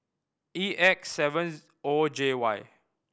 E X seven O J Y